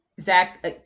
Zach